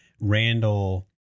Randall